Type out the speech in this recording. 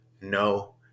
no